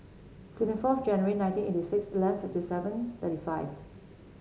twenty fourth January nineteen eighty six eleven fifty seven thirty five